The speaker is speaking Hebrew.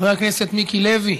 חבר הכנסת מיקי לוי,